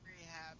Rehab